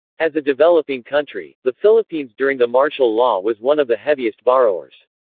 as a developing country, the philippines during the martial law was one of the heaviest borrowers.